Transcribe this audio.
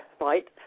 right